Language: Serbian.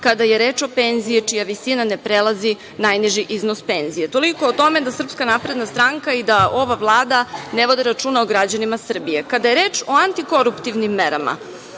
kada je reč o penziji čija visina ne prelazi najniži iznos penzije. Toliko o tome da SNS i ova Vlada ne vode računa o građanima Srbije. Kada je reč o antikoruptivnim merama,